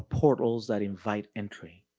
portals that invite entry.